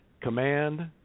command